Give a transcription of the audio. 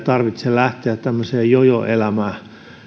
tarvitse lähteä tämmöiseen jojoelämään